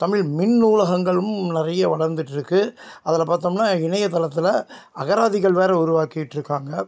தமிழ் மின் நூலகங்களும் நிறைய வளர்ந்துட்ருக்கு அதில் பார்த்தோம்னா இணையத்தளத்தில் அகராதிகள் வேறு உருவாக்கிட்டிருக்காங்க